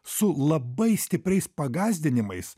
su labai stipriais pagąsdinimais